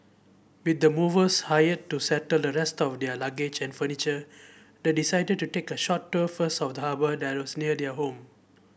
with the movers hired to settle the rest of their luggage and furniture they decided to take a short tour first of the harbour that was near their home